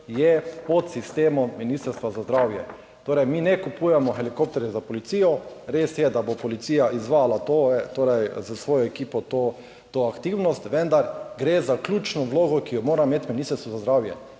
pod sistemom Ministrstva za zdravje. Torej, mi ne kupujemo helikopterja za policijo. Res je, da bo policija izvajala s svojo ekipo to aktivnost, vendar gre za ključno vlogo, ki jo mora imeti Ministrstvo za zdravje.